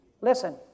Listen